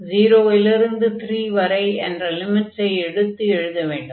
0 லிருந்து 3 வரை என்ற லிமிட்ஸை எடுத்து எழுத வேண்டும்